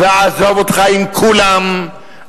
ועזוב אותך עם כולם,